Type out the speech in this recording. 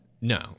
No